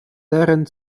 терен